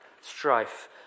strife